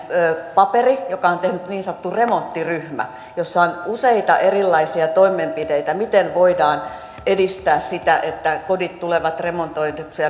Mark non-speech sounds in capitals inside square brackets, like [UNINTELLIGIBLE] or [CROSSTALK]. paperi jonka on tehnyt niin sanottu remonttiryhmä ja jossa on useita erilaisia toimenpiteitä miten voidaan edistää sitä että kodit tulevat remontoiduiksi [UNINTELLIGIBLE]